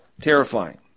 Terrifying